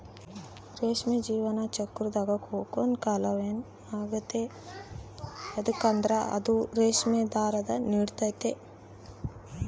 ರೇಷ್ಮೆಯ ಜೀವನ ಚಕ್ರುದಾಗ ಕೋಕೂನ್ ಕಾಲ ಮೇನ್ ಆಗೆತೆ ಯದುಕಂದ್ರ ಇದು ರೇಷ್ಮೆ ದಾರಾನ ನೀಡ್ತತೆ